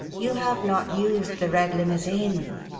you have not used the red limousine,